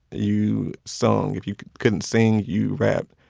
you sung. if you couldn't sing, you rapped.